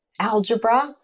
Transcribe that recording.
algebra